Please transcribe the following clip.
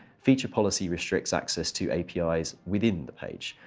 feature policy restricts access to apis within the page.